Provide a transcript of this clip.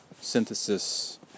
synthesis